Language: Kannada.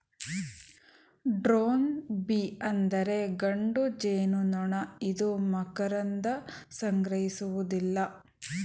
ಡ್ರೋನ್ ಬೀ ಅಂದರೆ ಗಂಡು ಜೇನುನೊಣ ಇದು ಮಕರಂದ ಸಂಗ್ರಹಿಸುವುದಿಲ್ಲ